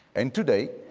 and today,